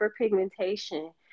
hyperpigmentation